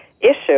issue